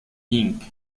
inc